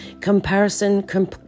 Comparison